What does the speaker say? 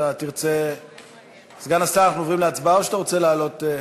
אנחנו עוברים להצבעה או שאתה רוצה לעלות?